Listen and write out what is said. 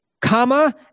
comma